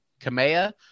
Kamea